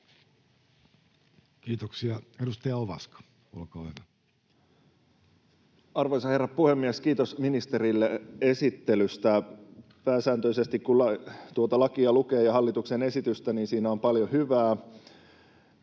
laeiksi Time: 15:00 Content: Arvoisa herra puhemies! Kiitos ministerille esittelystä. Pääsääntöisesti, kun tuota lakia ja hallituksen esitystä lukee, niissä on paljon hyvää.